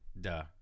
duh